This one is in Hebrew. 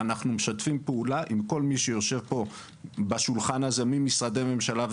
אנחנו משתפים פעולה עם כל מי שיושב פה בשולחן הזה ממשרדי הממשלה,